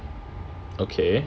okay